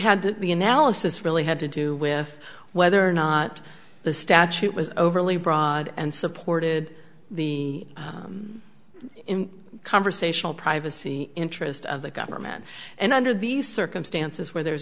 do the analysis really had to do with whether or not the statute was overly broad and supported the conversational privacy interest of the government and under these circumstances where there